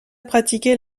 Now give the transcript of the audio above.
pratiquer